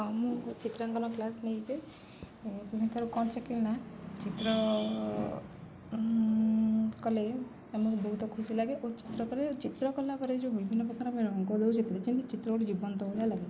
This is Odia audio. ହଁ ମୁଁ ଚିତ୍ରାଙ୍କନ କ୍ଲାସ୍ ନେଇଛି କ'ଣ ଶିଖିଲି ନା ଚିତ୍ର କଲେ ଆମକୁ ବହୁତ ଖୁସି ଲାଗେ ଓ ଚିତ୍ର କଲେ ଚିତ୍ର କଲା ପରେ ଯେଉଁ ବିଭିନ୍ନ ପ୍ରକାର ଆମେ ରଙ୍ଗ ଦଉ ଚିତ୍ରରେ ଯେମିତି ଚିତ୍ର ଜୀବନ୍ତ ଭଳିଆ ଲାଗେ